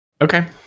Okay